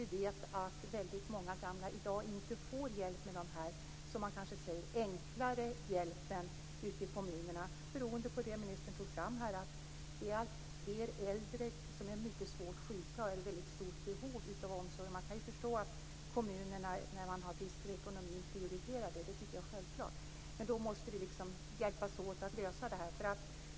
Vi vet att många gamla i dag inte får den här, som man säger, enklare hjälpen ute i kommunerna beroende på det ministern tog upp, nämligen att det är alltfler äldre som är mycket svårt sjuka och i stort behov av omsorg. Man kan förstå att kommunerna, när man har brister i ekonomin prioriterar det. Det tycker jag är självklart. Vi måste hjälpas åt att lösa detta.